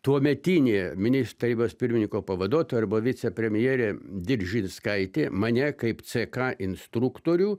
tuometinė minis tarybos pirmininko pavaduotoja arba vicepremjerė diržinskaitė mane kaip ck instruktorių